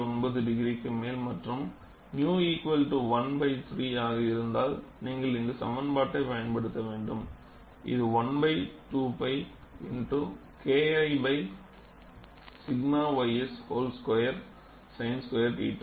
9 டிகிரிக்கு மேல் மற்றும் 𝝼 1 பை 3 ஆக இருந்தால் நீங்கள் இந்த சமன்பாட்டை பயன்படுத்த வேண்டும் இது 1 pi 2 pi X Kl pi 𝛔 ys whole square sin square θ